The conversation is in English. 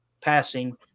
passing